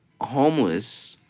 homeless